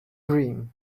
dream